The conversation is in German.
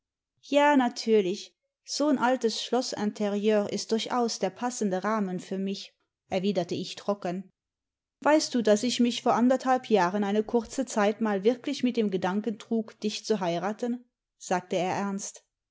ja natürlich so n altes schloßinterieur ist durchaus der passende rahmen für mich erwiderte ich trocken weißt du daß ich mich vor anderthalb jahren eine kurze zeit mal wirklich mit dem gedanken trug dich zu heiraten sagte er ernst